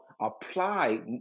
apply